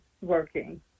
working